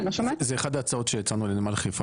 זו אחת ההצעות שהצענו לנמל חיפה.